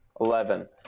Eleven